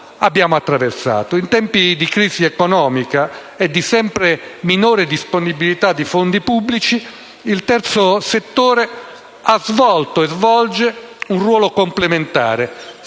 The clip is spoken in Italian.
In tempi di crisi economica e di sempre minore disponibilità di fondi pubblici, il terzo settore ha svolto e svolge un ruolo complementare,